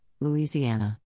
Louisiana